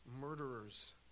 murderers